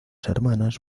hermanas